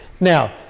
now